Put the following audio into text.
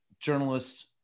journalists